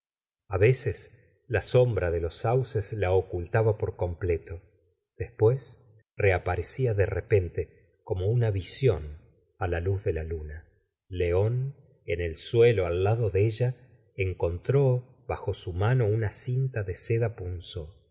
a veces la sombra de los sauces la ocultaba por completo después reaparecía de repente como una visión á la luz de la luna león en el suelo al lado de ella encontró bajo su mano una cinta de seda punzó